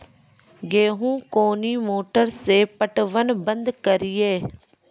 गेहूँ कोनी मोटर से पटवन बंद करिए?